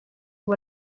ubu